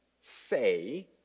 say